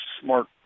smart